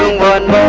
one